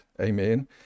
Amen